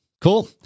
Cool